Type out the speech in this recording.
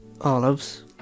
olives